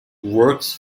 works